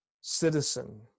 citizen